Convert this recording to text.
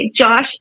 Josh